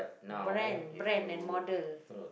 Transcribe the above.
brand brand and model